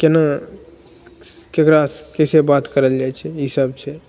कोना ककरासँ कइसे बात करल जाइ छै ईसब छै